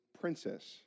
princess